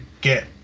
get